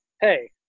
hey